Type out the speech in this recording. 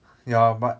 ya but